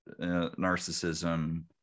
narcissism